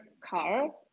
car